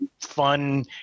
fun